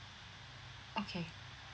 okay